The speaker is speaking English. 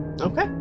Okay